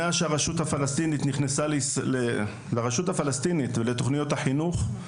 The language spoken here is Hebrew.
מאז שהרשות הפלסטינית נכנסה לתוכניות החינוך,